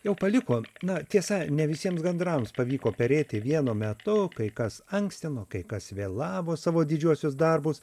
jau paliko na tiesa ne visiems gandrams pavyko perėti vienu metu kai kas ankstino kai kas vėlavo savo didžiuosius darbus